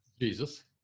Jesus